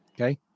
Okay